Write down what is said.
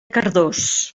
cardós